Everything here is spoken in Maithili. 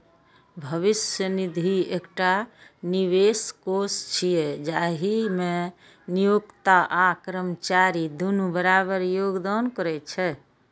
भविष्य निधि एकटा निवेश कोष छियै, जाहि मे नियोक्ता आ कर्मचारी दुनू बराबर योगदान करै छै